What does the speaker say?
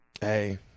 Hey